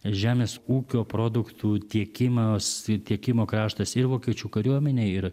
žemės ūkio produktų tiekimas tiekimo kraštas ir vokiečių kariuomenei ir